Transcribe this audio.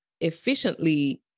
efficiently